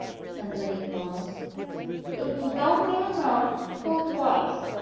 somebody calls if you don't get enough, pull twice.